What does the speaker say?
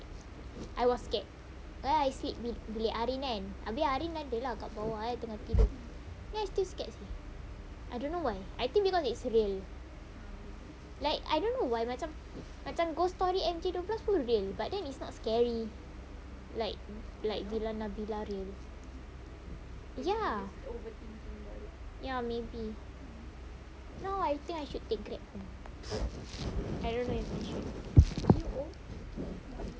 I was scared then I sleep with bilik arin kan abeh arin ada lah kat bawah kan tengah tidur then I still scared seh I don't know why I think because it's real ghost story like I don't know why macam macam ghost story M_J dua belas pun real but then it's not scary like like villa nabila real ya ya maybe now I think I should take grab I don't know if I should